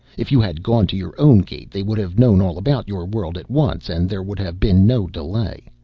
if you had gone to your own gate they would have known all about your world at once and there would have been no delay.